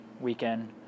weekend